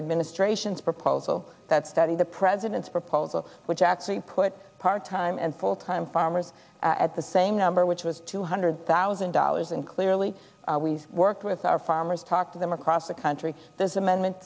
administration's proposal that study the president's proposal which actually put part time and full time farmers at the same number which was two hundred thousand dollars and clearly we worked with our farmers talk to them across the country this amendment